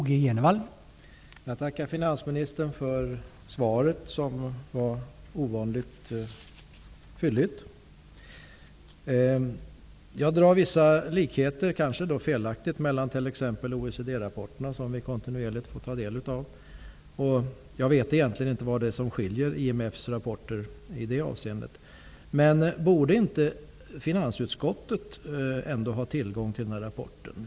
Herr talman! Jag tackar finansministern för svaret, som var ovanligt fylligt. Jag ser -- kanske felaktigt -- vissa likheter mellan de OECD-rapporter som vi kontinuerligt får ta del av och denna rapport. Jag vet egentligen inte vad det är som skiljer IMF:s rapporter i det avseendet. Borde ändå inte finansutskottet ha tillgång till den här rapporten?